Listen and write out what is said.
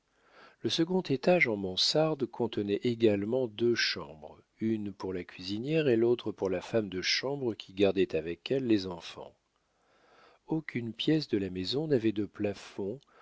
le second étage en mansarde contenait également deux chambres une pour la cuisinière et l'autre pour la femme de chambre qui gardait avec elle les enfants aucune pièce de la maison n'avait de plafond